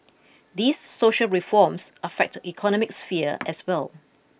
these social reforms affect economic sphere as well